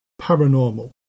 paranormal